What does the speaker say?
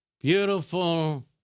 beautiful